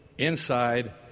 inside